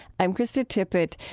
i'm krista tippett.